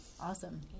Awesome